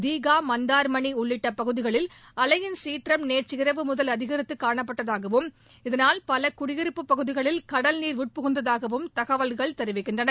திஹா மந்திர் மோனிடியோ உள்ளிட்டப் பகுதிகளில் அலையின் சீற்றம் நேற்றிரவு முதல் அதிகரித்து காணப்பட்டதாகவும் இதனால் பல குடியிருப்புப் பகுதிகளில் கடல்நீர் உட்புகுந்ததாகவும் தகவல்கள் தெரிவிக்கின்றன